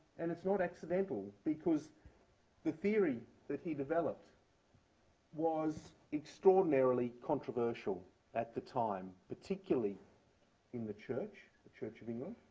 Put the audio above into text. and it's not accidental, because the theory that he developed was extraordinarily controversial at the time, particularly in the church, the church of england.